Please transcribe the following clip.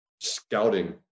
scouting